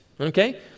Okay